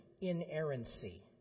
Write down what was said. Inerrancy